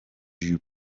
you